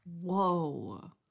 Whoa